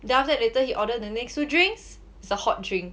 then after that later he order the next two drinks is a hot drink